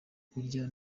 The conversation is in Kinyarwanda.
kurya